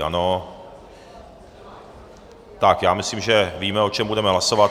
Ano, tak myslím, že víme, o čem budeme hlasovat.